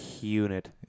unit